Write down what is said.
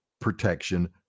protection